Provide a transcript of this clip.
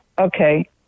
okay